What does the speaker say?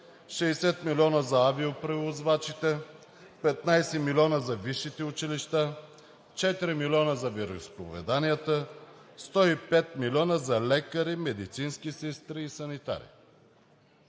60 милиона за авиопревозвачите; 15 милиона за висшите училища; 4 милиона за вероизповеданията; 105 милиона за лекари, медицински сестри и санитари.